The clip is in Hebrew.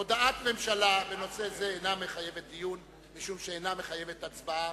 הודעת ממשלה בנושא זה אינה מחייבת דיון משום שאינה מחייבת הצבעה.